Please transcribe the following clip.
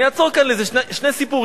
אני אעצור כאן לשני סיפורים.